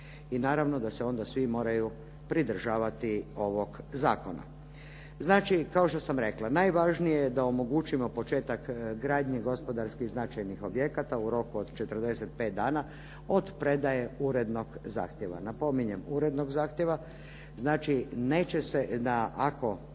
I naravno da se onda svi moraju pridržavati ovog zakona. Znači, kao što sam rekla najvažnije je da omogućimo početak gradnje gospodarski značajnih objekata u roku od 45 dana od predaje urednog zahtjeva. Napominjem urednog zahtjeva. Znači, neće se ako zahtjev